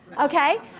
Okay